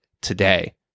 today